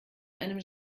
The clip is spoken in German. einem